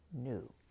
new